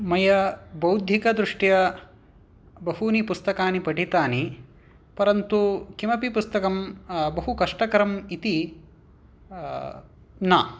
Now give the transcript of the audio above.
मया बौद्धिकदृष्ट्या बहूनि पुस्तकानि पठितानि परन्तु किमपि पुस्तकं बहु कष्टकरं इति न